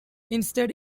instead